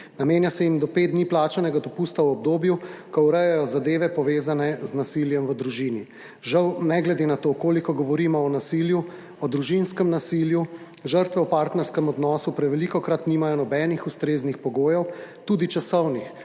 Namenja se jim do pet dni plačanega dopusta v obdobju, ko urejajo zadeve, povezane z nasiljem v družini. Žal ne glede na to, koliko govorimo o nasilju, o družinskem nasilju, žrtve v partnerskem odnosu prevečkrat nimajo nobenih ustreznih pogojev, tudi časovnih,